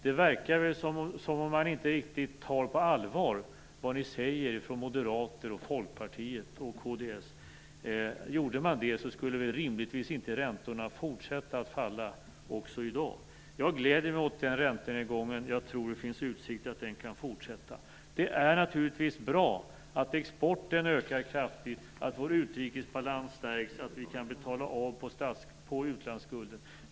Det verkar som om man inte tar på allvar vad moderater, folkpartister och kristdemokrater säger. Om man gjorde det skulle väl räntorna rimligtvis inte fortsätta att falla också i dag. Jag gläder mig åt den räntenedgången, och jag tror att det finns utsikter att den kan fortsätta. Det är naturligtvis bra att exporten ökar kraftigt och att vår utrikesbalans stärks, så att vi kan betala av på utlandsskulden.